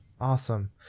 Awesome